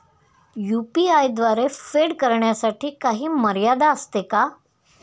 UPI द्वारे फेड करण्यासाठी काही मर्यादा असते का?